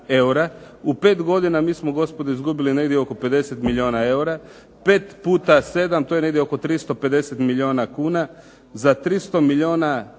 U 5 godina mi smo gospodo izgubili negdje oko 50 milijuna eura. 5 puta 7 to je negdje oko 350 milijuna kuna. Za 350 milijuna